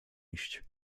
iść